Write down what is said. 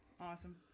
Awesome